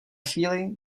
chvíli